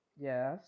yes